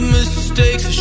mistakes